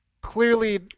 clearly